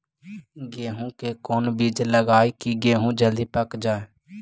गेंहू के कोन बिज लगाई कि गेहूं जल्दी पक जाए?